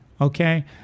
okay